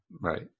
Right